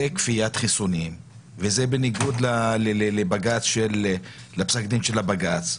זאת כפיית חיסונים וזה בניגוד לפסק דין של הבג"ץ,